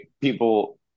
people